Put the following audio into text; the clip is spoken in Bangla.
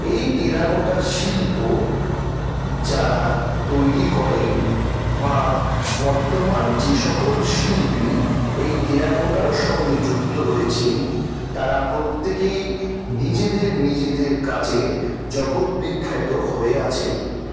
এই টেরাকোটার শিল্প যারা তৈরি করেন বা বর্তমান যে সকল শিল্পী এই টেরাকোটার সঙ্গে যুক্ত রয়েছেন তারা প্রত্যেকেই নিজেদের নিজেদের কাজে জগৎ বিখ্যাত হয়ে আছেন